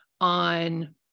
on